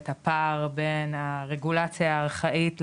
את הפער בין הרגולציה הארכאית,